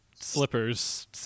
Slippers